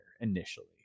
initially